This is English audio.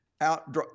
out